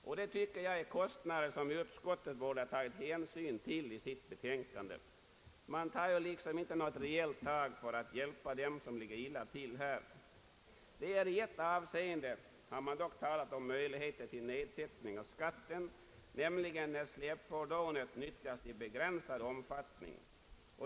Jag tycker att utskottet borde ha tagit hänsyn till dessa kostnader i sitt betänkande. Men utskottet tar liksom inte något rejält tag för att hjälpa dem som ligger illa till. Endast i ett avseende har utskottet talat om möjligheter till nedsättning av skatten, nämligen när släpfordonet nyttjas i begränsad omfattning.